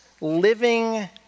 living